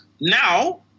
Now